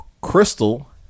Crystal